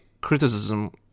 criticism